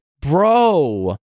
bro